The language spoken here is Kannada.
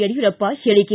ಯಡಿಯೂರಪ್ಪ ಹೇಳಿಕೆ